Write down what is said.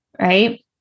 right